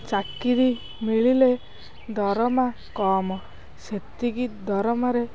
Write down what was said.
ଚାକିରି ମିଳିଲେ ଦରମା କମ୍ ସେତିକି ଦରମାରେ